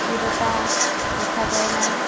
ସ୍ଥିରତା ଦେଖାଯାଏ ନାଇଁ